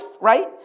right